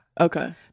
Okay